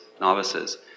novices